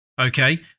okay